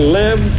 live